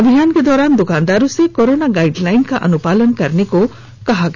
अभियान के दौरान दुकानदारों से कोरोना गाइडलाइन का अनुपालन करने के लिए कहा गया